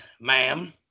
ma'am